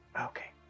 Okay